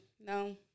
No